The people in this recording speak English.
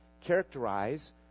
characterize